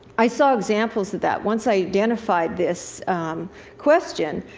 i saw examples of that. once i identified this question,